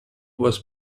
was